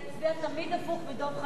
אני אצביע תמיד הפוך מדב חנין,